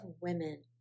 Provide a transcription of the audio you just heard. women